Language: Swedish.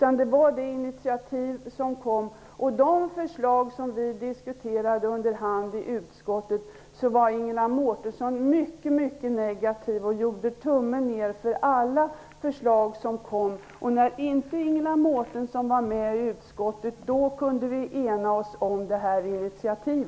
Ingela Mårtensson var mycket negativ till de förslag vi diskuterade under hand i utskottet. Hon gjorde tummen ned för alla förslag som kom. När Ingela Mårtensson inte var med i utskottet kunde vi enas om detta initiativ.